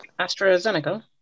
AstraZeneca